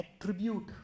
attribute